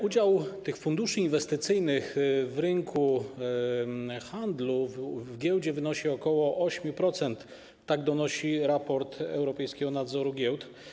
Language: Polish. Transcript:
Udział tych funduszy inwestycyjnych w rynku handlu, w giełdzie wynosi ok. 8%, jak donosi w raporcie europejski nadzór giełd.